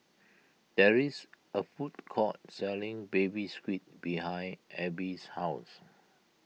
there is a food court selling Baby Squid behind Abie's house